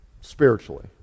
spiritually